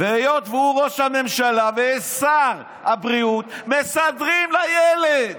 והיות שהוא ראש הממשלה ושר הבריאות, מסדרים לילד.